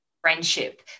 friendship